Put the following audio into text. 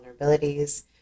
vulnerabilities